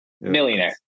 Millionaire